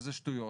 שזה שטויות